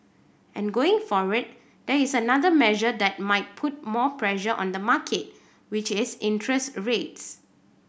and going forward there is another measure that might put more pressure on the market which is interest rates